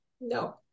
No